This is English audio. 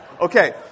Okay